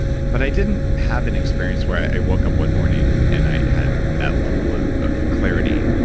but i didn't have an experience where i woke up one morning and i had that level of of clarity.